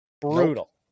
Brutal